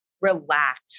relax